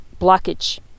blockage